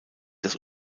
das